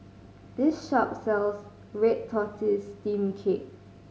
this shop sells red tortoise steamed cake